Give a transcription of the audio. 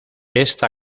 esta